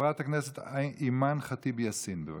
חברת הכנסת אימאן ח'טיב יאסין, בבקשה.